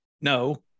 No